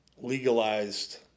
legalized